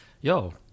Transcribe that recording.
yo